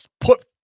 put